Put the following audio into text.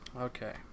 Okay